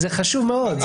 זה חשוב מאוד.